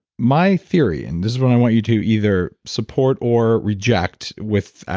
my theory, and this is what i want you to either support or reject with,